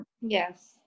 Yes